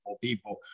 people